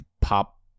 pop